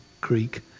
creek